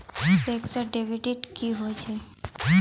Fixed deposit की होय छै?